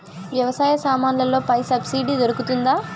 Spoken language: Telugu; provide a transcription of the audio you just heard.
వ్యవసాయ సామాన్లలో పై సబ్సిడి దొరుకుతుందా?